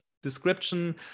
description